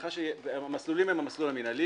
המסלולים הם המסלול המינהלי,